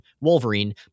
Wolverine